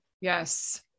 Yes